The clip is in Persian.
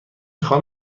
خواهم